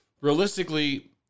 realistically